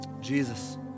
Jesus